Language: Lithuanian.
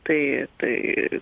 tai tai